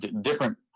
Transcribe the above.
different